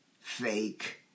fake